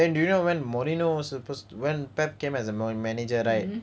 mmhmm